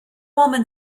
woman